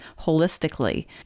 holistically